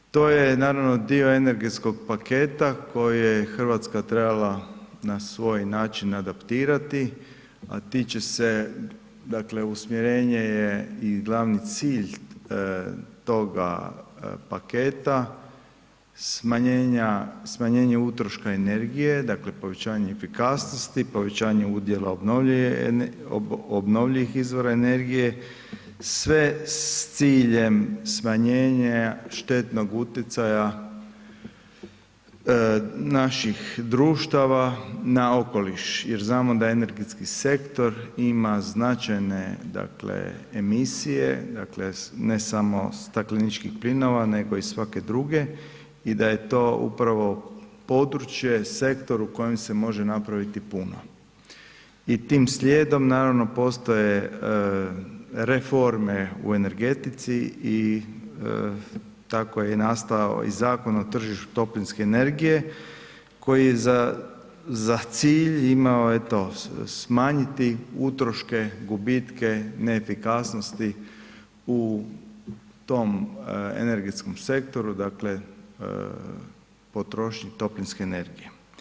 To je naravno dio energetskog paketa koji je Hrvatska trebala na svoj način adaptirati a tiče se, dakle usmjerenje je i glavni cilj toga paketa smanjenje utroška energije, dakle povećanje efikasnosti, povećanje udjela obnovljivih izvora energije sve sa ciljem smanjenja štetnog utjecaja naših društava na okoliš jer znamo da je energetski sektor ima značajne emisije dakle ne samo stakleničkih plinova nego i svake druge i da je to upravo područje, sektor u koje se može napraviti puno i tim slijedom naravno postoje reforme u energetici i tako je nastao i Zakon o tržištu toplinske energije koji za cilj ima eto smanjiti utroške, gubitke, neefikasnosti u tom energetskom sektoru, dakle potrošnji toplinske energije.